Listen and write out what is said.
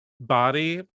body